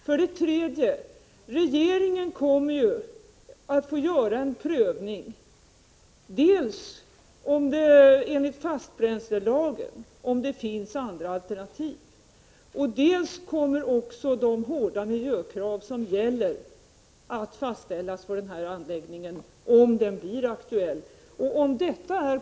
För det tredje: Dels kommer regeringen att göra en prövning av om det enligt fastbränslelagen finns andra alternativ, dels kommer också de hårda miljökrav som gäller att fastställas för den här anläggningen om den blir aktuell.